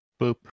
Boop